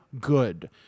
good